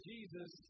Jesus